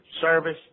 service